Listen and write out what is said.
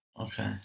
okay